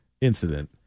incident